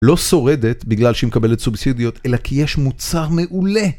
לא שורדת בגלל שהיא מקבלת סובסידיות, אלא כי יש מוצר מעולה.